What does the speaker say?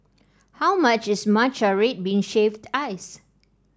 how much is Matcha Red Bean Shaved Ice